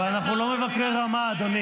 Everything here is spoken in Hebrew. תפסיקי להפריע כל הזמן.